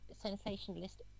sensationalist